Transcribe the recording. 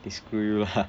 eh screw you lah